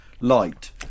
light